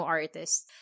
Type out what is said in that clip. artists